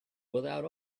without